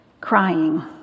crying